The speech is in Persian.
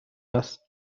است